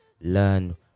Learn